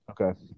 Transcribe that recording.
Okay